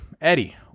Eddie